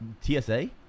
TSA